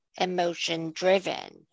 emotion-driven